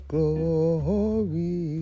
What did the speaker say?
Glory